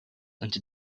into